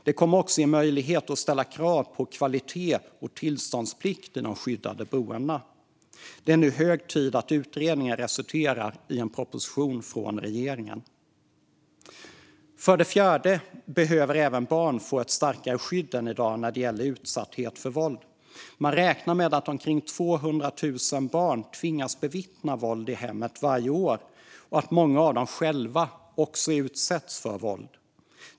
Det kommer också att ge möjlighet att ställa krav på kvalitet och tillståndsplikt för de skyddade boendena. Det är nu hög tid att utredningen resulterar i en proposition från regeringen. För det fjärde behöver även barn få ett starkare skydd än i dag när det gäller utsatthet för våld. Man räknar med att omkring 200 000 barn varje år tvingas bevittna våld i hemmet och att många av dem också själva utsätts för våld.